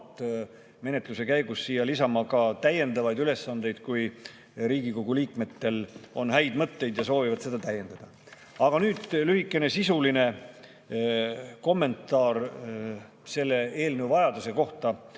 loetelusse lisama ka täiendavaid ülesandeid, kui Riigikogu liikmetel on häid mõtteid ja nad soovivad seda täiendada. Aga nüüd lühikene sisuline kommentaar selle eelnõu vajaduse kohta,